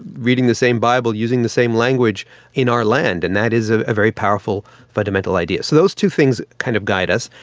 reading the same bible, using the same language in our land, and that is a very powerful fundamental idea. so those two things kind of guide us.